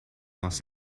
los